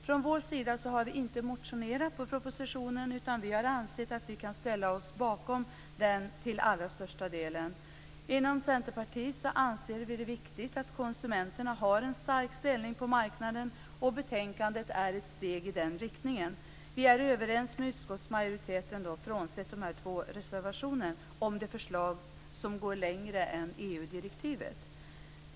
Från vår sida har vi inte motionerat på propositionen, utan vi har ansett att vi kan ställa oss bakom den till allra största delen. Inom Centerpartiet anser vi det viktigt att konsumenterna har en stark ställning på marknaden, och betänkandet är ett steg i den riktningen. Vi är överens med utskottsmajoriteten, frånsett de två reservationerna, om de förslag som går längre än EU-direktivet.